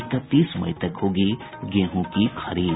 इकतीस मई तक होगी गेहूं की खरीद